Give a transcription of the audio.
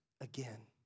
again